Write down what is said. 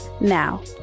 Now